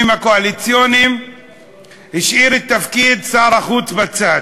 הקואליציוניים השאיר את תפקיד שר החוץ בצד,